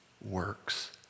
works